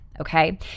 Okay